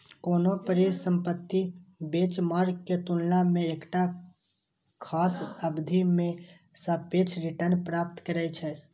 कोनो परिसंपत्ति बेंचमार्क के तुलना मे एकटा खास अवधि मे सापेक्ष रिटर्न प्राप्त करै छै